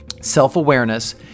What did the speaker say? self-awareness